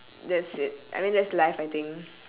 that's it I mean that's life I think